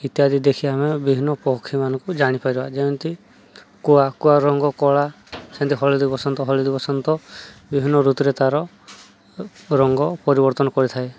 ଇତ୍ୟାଦି ଦେଖି ଆମେ ବିଭିନ୍ନ ପକ୍ଷୀମାନଙ୍କୁ ଜାଣିପାରିବା ଯେମିତି କୁଆ କୁଆ ରଙ୍ଗ କଳା ସେମିତି ହଳଦୀ ବସନ୍ତ ହଳଦି ବସନ୍ତ ବିଭିନ୍ନ ଋତୁରେ ତାର ରଙ୍ଗ ପରିବର୍ତ୍ତନ କରିଥାଏ